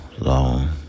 long